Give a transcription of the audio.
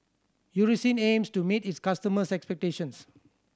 Eucerin aims to meet its customers' expectations